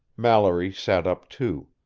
mallory sat up, too.